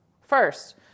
First